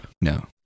no